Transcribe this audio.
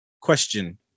question